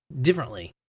differently